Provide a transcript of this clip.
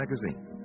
Magazine